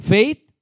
Faith